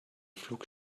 flug